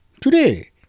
Today